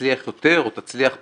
ותצליח יותר או תצליח פחות,